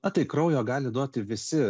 na tai kraujo gali duoti visi